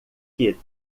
que